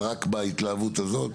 אבל, זה יקרה רק בהתלהבות הזאת.